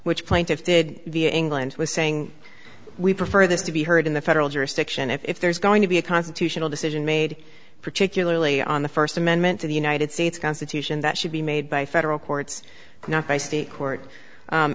which plaintiffs did england was saying we prefer this to be heard in the federal jurisdiction if there's going to be a constitutional decision made particularly on the first amendment to the united states constitution that should be made by federal courts not by state court